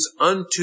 unto